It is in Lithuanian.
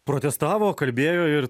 protestavo kalbėjo ir